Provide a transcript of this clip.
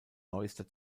neuester